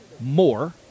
more